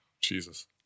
Jesus